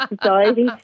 society